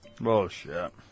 Bullshit